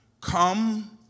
Come